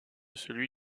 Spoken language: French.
celui